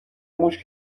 موش